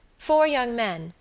four young men,